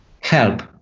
help